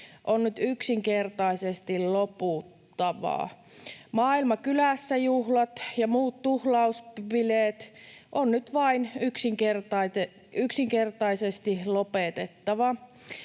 on nyt yksinkertaisesti loputtava. Maailma kylässä ‑juhlat ja muut tuhlausbileet on nyt vain yksinkertaisesti lopetettava.